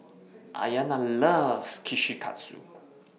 Aiyana loves Kushikatsu